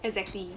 exactly